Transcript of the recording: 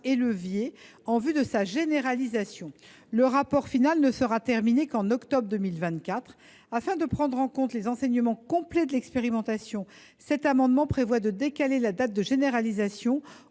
et leviers en vue de sa généralisation. Le rapport final ne sera publié qu’en octobre 2024. Afin de tenir compte des enseignements complets de l’expérimentation, cet amendement vise à décaler sa généralisation